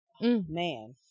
man